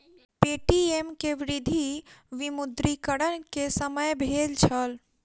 Paytm के वृद्धि विमुद्रीकरण के समय भेल छल